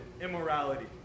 immorality